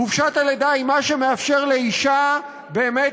חופשת הלידה היא מה שמאפשר לאישה באמת